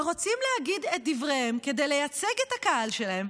ורוצים להגיד את דבריהם כדי לייצג את הקהל שלהם,